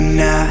now